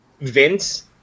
Vince